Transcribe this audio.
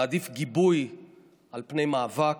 נעדיף גיבוי על פני מאבק,